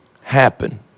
happen